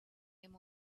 him